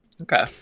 Okay